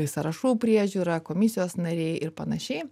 sąrašų priežiūra komisijos nariai ir panašiai